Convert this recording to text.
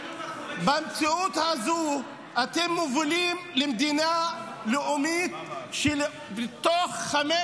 במציאות הזו אתם מובילים למדינה לאומית שתוך חמש